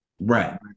Right